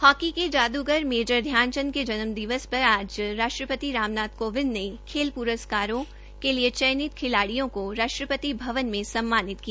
hockey के जादुगर major Dhyan Chand के जन्म दिवस पर आज को राष्ट्रपति रामनाथ कोविंद ने राष्ट्रीय खेल प्रस्कारों चयनित खिलाड़ियों को राष्ट्रपति भवन में सम्मानित किया